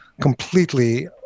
completely